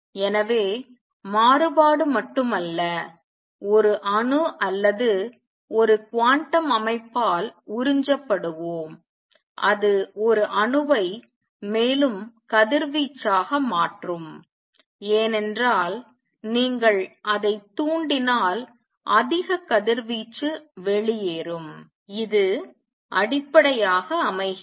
எனவே மாறுபாடு மட்டுமல்ல ஒரு அணு அல்லது ஒரு குவாண்டம் அமைப்பால் உறிஞ்சப்படுவோம் அது ஒரு அணுவை மேலும் கதிர்வீச்சாக மாற்றும் ஏனென்றால் நீங்கள் அதை தூண்டினால் அதிக கதிர்வீச்சு வெளியேறும் இது அடிப்படையாக அமைகிறது